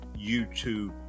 YouTube